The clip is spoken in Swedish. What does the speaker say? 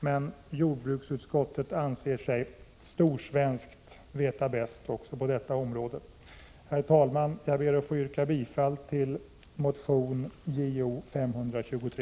Men jordbruksutskottet anser sig storsvenskt veta bäst också på detta område. Herr talman! Jag ber att få yrka bifall till motion Jo523.